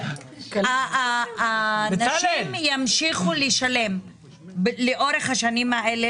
האנשים ימשיכו לשלם לאורך השנים האלה.